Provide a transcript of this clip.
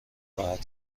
خواهد